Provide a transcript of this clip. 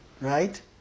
right